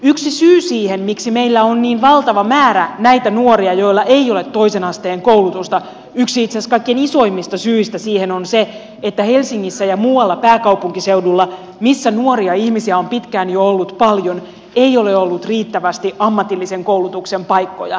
yksi syy siihen miksi meillä on niin valtava määrä näitä nuoria joilla ei ole toisen asteen koulutusta itse asiassa yksi kaikkein isoimmista syistä on se että helsingissä ja muualla pääkaupunkiseudulla missä nuoria ihmisiä on jo pitkään ollut paljon ei ole ollut riittävästi ammatillisen koulutuksen paikkoja